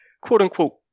quote-unquote